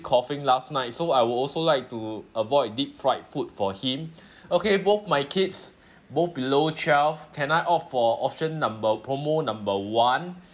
coughing last night so I would also like to avoid deep fried food for him okay both my kids both below twelve can I opt for option number promo number one